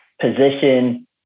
position